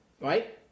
Right